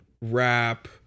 rap